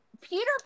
Peter